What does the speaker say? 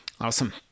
Awesome